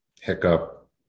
hiccup